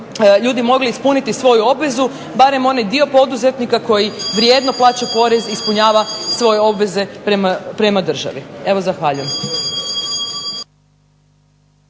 ljudi mogli ispuniti svoju obvezu, barem onaj dio poduzetnika koji vrijedno plaća porez i ispunjava svoje obveze prema državi. Evo zahvaljujem.